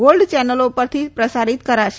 gold ચેનલો ઉપરથી પ્રસારીત કરાશે